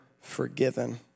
forgiven